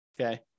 okay